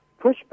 pushback